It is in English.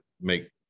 make